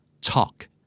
Talk